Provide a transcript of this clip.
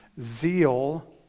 Zeal